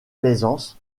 plaisance